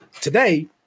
today